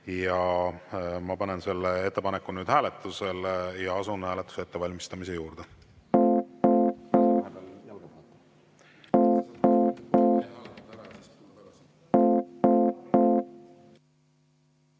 Ma panen selle ettepaneku hääletusele. Asume hääletuse ettevalmistamise juurde.